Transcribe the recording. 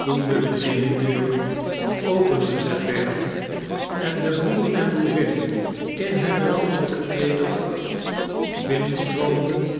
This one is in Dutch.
toen de benedendeuren opengezet werden em de boeren en boerinnen in hunme landelijke kleederdracht hinnenstroomden